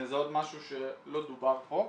זה עוד משהו שלא דובר פה,